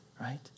right